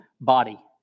body